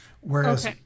whereas